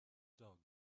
dog